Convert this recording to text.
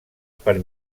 per